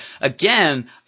again